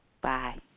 Bye